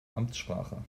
amtssprache